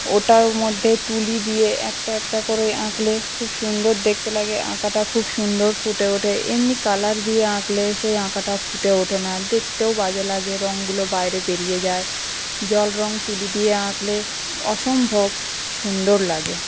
ওটার মধ্যে তুলি দিয়ে একটা একটা করে আঁকলে খুব সুন্দর দেখতে লাগে আঁকাটা খুব সুন্দর ফুটে ওঠে এমনি কালার দিয়ে আঁকলে সেই আঁকাটা ফুটে ওঠে না দেখতেও বাজে লাগে রংগুলো বাইরে বেরিয়ে যায় জল রং তুলি দিয়ে আঁকলে অসম্ভব সুন্দর লাগে